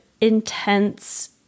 intense